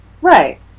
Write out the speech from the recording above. right